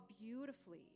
beautifully